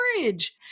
courage